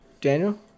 daniel